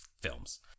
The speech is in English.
films